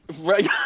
Right